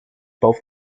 both